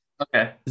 Okay